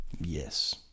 yes